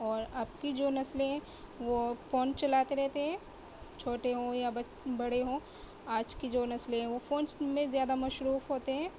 اور اب کی جو نسلیں وہ فون چلاتے رہتے ہیں چھوٹے ہوں یا بڑے ہوں آج کی جو نسلیں ہیں وہ فون میں زیادہ مصروف ہوتے ہیں